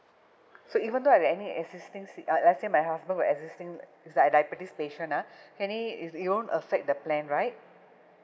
so even though I have any existing si~ uh let's say my husband with existing he's a diabetes patient ah can it is it won't affect the plan right